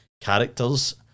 characters